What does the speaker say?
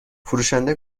فروشنده